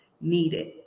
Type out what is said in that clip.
needed